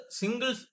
single